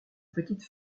petite